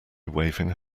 waving